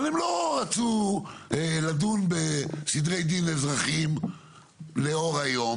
אבל הם לא רצו לדון בסדרי דין אזרחיים לאור היום,